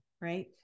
right